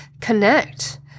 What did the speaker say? connect